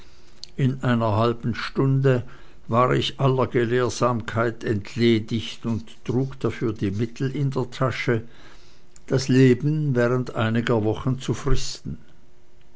in einer halben stunde war ich aller gelehrsamkeit entledigt und trug dafür die mittel in der tasche das leben während einiger wochen zu fristen